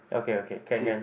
okay okay can can